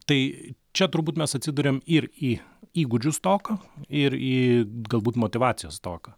tai čia turbūt mes atsiduriam ir į įgūdžių stoką ir į galbūt motyvacijos stoką